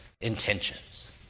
Intentions